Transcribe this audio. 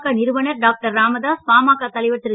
க நிறுவனர் டாக்டர் ராமதாஸ் பாமக தலைவர் திரு